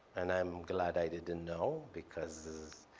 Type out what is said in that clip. and i'm glad i didn't know because.